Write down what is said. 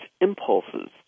impulses